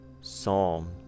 Psalm